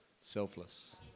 Selfless